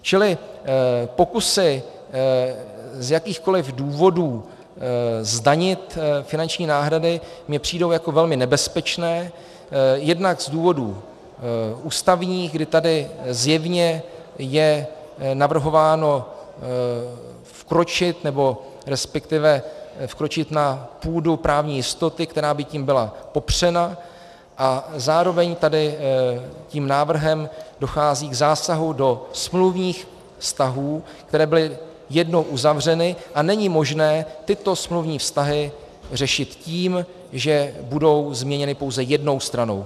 Čili pokusy z jakýchkoli důvodů zdanit finanční náhrady mi přijdou jako velmi nebezpečné jednak z důvodů ústavních, kdy tady zjevně je navrhováno vkročit, resp. vkročit na půdu právní jistoty, která by tím byla popřena, a zároveň tady tím návrhem dochází k zásahu do smluvních vztahů, které byly jednou uzavřeny, a není možné tyto smluvní vztahy řešit tím, že budou změněny pouze jednou stranou.